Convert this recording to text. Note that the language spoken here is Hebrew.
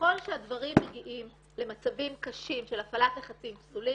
אם הדברים מגיעים למצבים קשים של הפעלת לחצים פסולים,